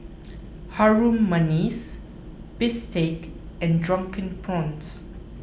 Harum Manis Bistake and Drunken Prawns